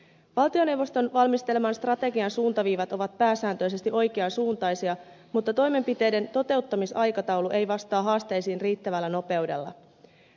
valtioneuvoston valmisteleman strategian suuntaviivat ovat pääsääntöisesti oikeansuuntaisia mutta toimenpiteiden toteuttamisaikataulu ei vastaa haasteisiin riittävällä nopeudella